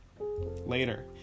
Later